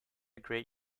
great